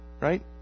Right